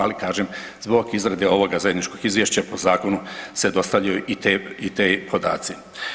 Ali kažem zbog izrade ovog zajedničkog izvješća po zakonu se dostavljaju i ti podaci.